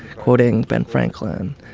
quoting ben franklin.